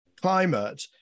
climate